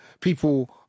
people